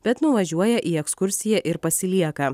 bet nuvažiuoja į ekskursiją ir pasilieka